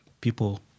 People